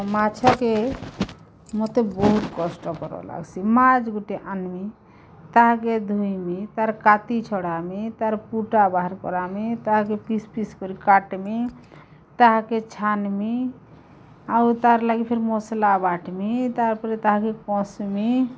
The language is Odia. ମାଛକେ ମୋତେ ବହୁତ୍ କଷ୍ଟକର ଲାଗ୍ସି ମାଛ୍ ଗୁଟେ ଆନମି ତାହାକେ ଧୁଇମି ତାର୍ କାତି ଛଡ଼ାମି ତାର୍ ପୁଟା ବାହାର୍ କରାମି ତାହାକେ ପିସ୍ ପିସ୍ କରି କାଟମି ତାହାକେ ଛାନମି ଆଉ ତାର୍ ଲାଗି ଫିର୍ ମସଲା ବାଟମି ତାପରେ ତାହାକେ କସମି